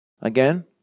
Again